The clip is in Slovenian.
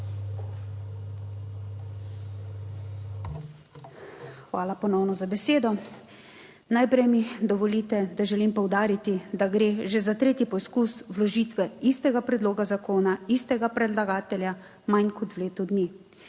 Hvala ponovno za besedo. Najprej mi dovolite, da želim poudariti, da gre že za tretji poskus vložitve istega predloga zakona, istega predlagatelja manj kot v letu dni.